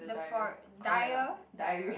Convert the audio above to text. the for